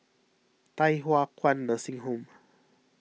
Thye Hua Kwan Nursing Home